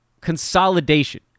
Consolidation